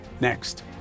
next